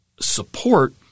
support